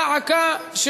דא עקא,